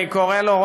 אני קורא לו,